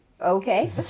okay